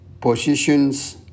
positions